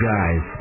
Guys